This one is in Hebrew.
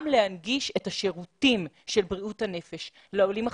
להנגיש את השירותים של בריאות הנפש לעולים החדשים,